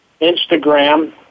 Instagram